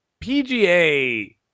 PGA